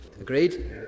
Agreed